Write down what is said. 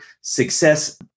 success